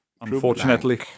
unfortunately